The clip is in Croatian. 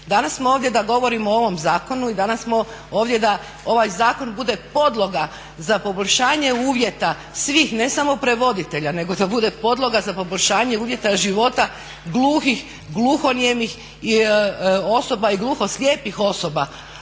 Danas smo ovdje da govorimo o ovom zakonu i danas smo ovdje da ovaj zakon bude podloga za poboljšanje uvjeta svih, ne samo prevoditelja nego da bude podloga za poboljšanje uvjeta života gluhih, gluhonijemih osoba i gluhoslijepih osoba.